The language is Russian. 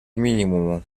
минимуму